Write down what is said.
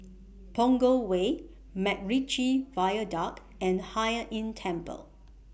Punggol Way Macritchie Viaduct and Hai Inn Temple